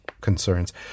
concerns